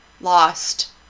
lost